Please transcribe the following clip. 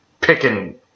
picking